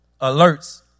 alerts